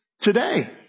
today